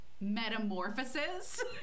metamorphosis